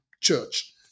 church